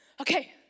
okay